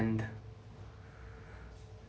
and